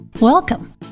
Welcome